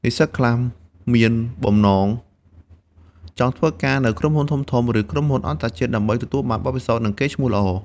និស្សិតខ្លះមានបំណងចង់ធ្វើការនៅក្រុមហ៊ុនធំៗ ឬក្រុមហ៊ុនអន្តរជាតិ ដើម្បីទទួលបានបទពិសោធន៍ និងកេរ្តិ៍ឈ្មោះល្អ។